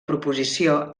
proposició